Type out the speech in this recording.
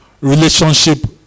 relationship